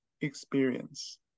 experience